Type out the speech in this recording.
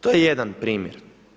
To je jedan primjer.